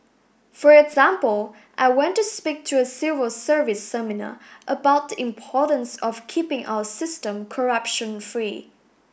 for example I went to speak to a civil service seminar about the importance of keeping our system corruption free